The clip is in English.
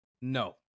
No